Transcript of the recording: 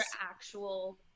actual